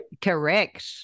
Correct